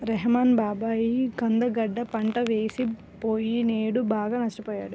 రెహ్మాన్ బాబాయి కంద గడ్డ పంట వేసి పొయ్యినేడు బాగా నష్టపొయ్యాడు